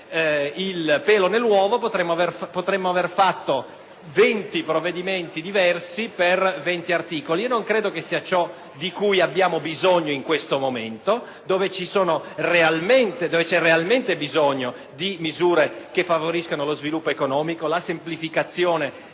il pelo nell'uovo, potremmo aver fatto venti provvedimenti diversi per venti articoli, ma non credo che questo sia ciò di cui abbiamo bisogno in questo momento. Oggi c'è bisogno di misure che favoriscano lo sviluppo economico e la semplificazione di